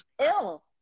ill